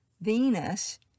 Venus